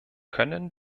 können